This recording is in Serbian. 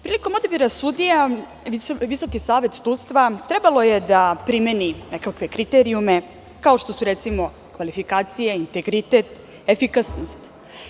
Prilikom odabira sudija, Visoki savet sudstva trebalo je da primeni nekakve kriterijume, kao što su, recimo, kvalifikacija, integritet, efikasnost.